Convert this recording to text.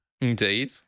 Indeed